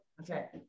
okay